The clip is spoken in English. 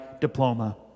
diploma